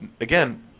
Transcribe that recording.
again